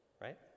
right